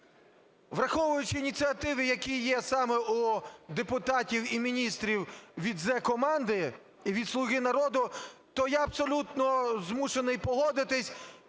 Враховуючи ініціативи, які є саме у депутатів і міністрів від Зе-команди і від "Слуги народу", то я абсолютно змушений погодитися,